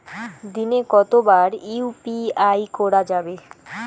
দিনে কতবার ইউ.পি.আই করা যাবে?